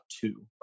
two